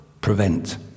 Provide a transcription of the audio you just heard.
Prevent